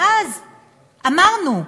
ואז אמרנו,